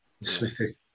Smithy